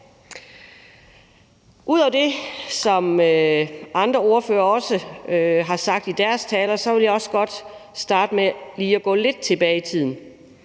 Ud over det, som andre ordførere har sagt i deres taler, vil jeg også godt starte med lige at gå lidt tilbage i tiden,